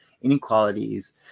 inequalities